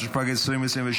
התשפ"ג 2023,